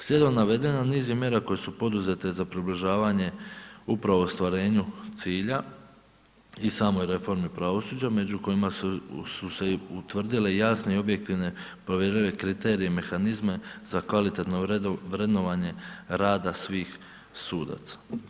Slijedom navedena niz je mjera koje su poduzete za približavanje upravo ostvarenju cilja i samoj reformi pravosuđa, među kojima su se utvrdile jasne i objektivne povjerljive kriterije i mehanizme za kvalitetno vrednovanje rada svih sudaca.